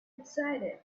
excited